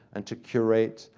and to curate,